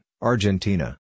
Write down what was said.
Argentina